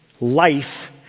life